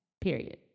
Period